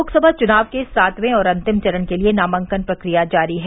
लोकसभा चुनाव के सातवें और अंतिम चरण के लिये नामांकन प्रक्रिया जारी है